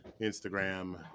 Instagram